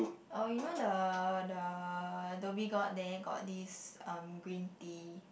oh you know the the Dhoby-Ghaut there got this um green tea